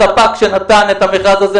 הספק שנתן את המכרז הזה,